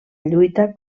lluita